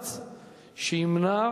מאמץ שימנע